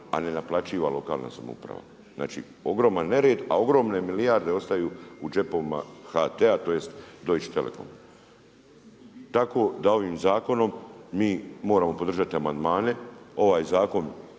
a nenaplaćiva lokalna samouprava. Znači, ogroman nered, a ogromne milijarde ostaju u džepovima HT-a, tj. Deutsche telekom. Tako da ovim zakonom mi moramo podržati amandman, ovaj zakon